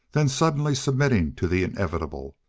then suddenly submitting to the inevitable,